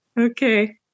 Okay